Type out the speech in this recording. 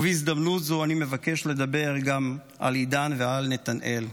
ובהזדמנות זו אני מבקש לדבר גם על עידן ועל נתנאל.